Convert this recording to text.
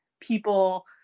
people